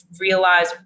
realize